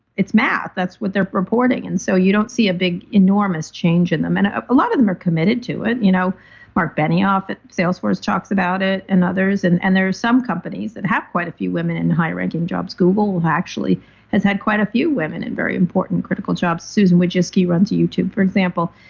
it's math. that's what they're purporting. and so you don't see ah an enormous change in them. and a a lot of them are committed to it. you know marc benioff at salesforce talks about it and others and and there are some companies that have quite a few women in high ranking jobs. google actually has had quite a few women in very important critical jobs. susan wojcicki runs youtube, for example,